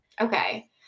Okay